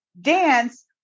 dance